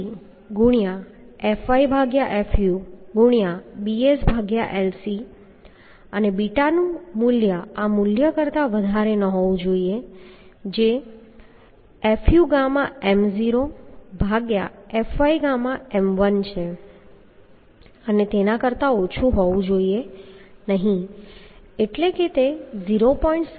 076 અને બીટા મૂલ્ય આ મૂલ્ય કરતાં વધુ ન હોવું જોઈએ જે fuɣm0fyɣm1 છે અને તેના કરતાં ઓછું હોવું જોઈએ નહીં એટલે તે 0